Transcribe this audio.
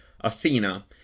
Athena